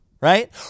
right